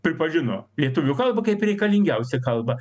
pripažino lietuvių kalbą kaip reikalingiausią kalbą